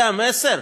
זה המסר?